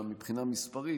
מהבחינה המספרית,